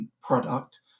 product